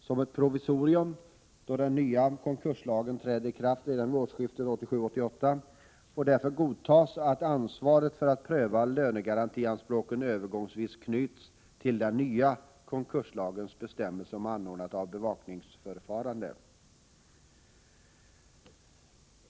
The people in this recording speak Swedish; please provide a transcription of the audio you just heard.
Som ett provisorium, då den nya konkurslagen träder i kraft redan vid årsskiftet 1987-1988, får därför godtas att ansvaret för att pröva lönegarantianspråken övergångsvis knyts till den nya konkurslagens bestämmelse om anordnande av bevakningsförfarande.